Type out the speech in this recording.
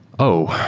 oh!